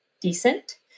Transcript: decent